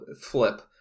flip